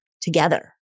together